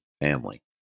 family